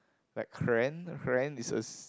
like this is